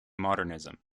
modernism